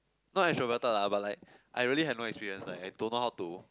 not extroverted lah but like I really have no experience like I don't know how to